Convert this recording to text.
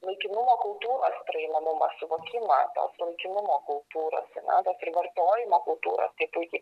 laikinumo kultūros praimamumą suvokimą tos sunkinumo kultūros ar ne tos vartojimo kultūros tai puikiai